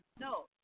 No